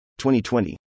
2020